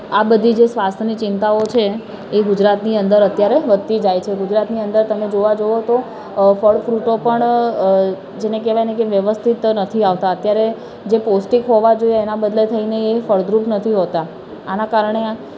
આ બધી જે સ્વાસ્થ્યની ચિંતાઓ છે એ ગુજરાતની અંદર અત્યારે વધતી જાય છે ગુજરાતની અંદર તમે જોવા જશો તો ફળ ફ્રૂટો પણ જેને કહેવાય ને કે વ્યવસ્થિત નથી આવતાં અત્યારે જે પૌષ્ટિક હોવાં જોઈએ એનાં બદલે થઈને એ ફળદ્રુપ નથી હોતાં આના કારણે